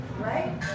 right